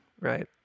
right